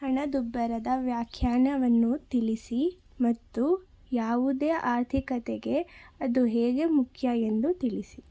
ಹಣದುಬ್ಬರದ ವ್ಯಾಖ್ಯಾನವನ್ನು ತಿಳಿಸಿ ಮತ್ತು ಯಾವುದೇ ಆರ್ಥಿಕತೆಗೆ ಅದು ಹೇಗೆ ಮುಖ್ಯ ಎಂದು ತಿಳಿಸಿ